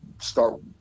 start